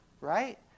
Right